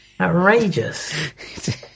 Outrageous